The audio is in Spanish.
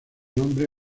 nombre